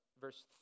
verse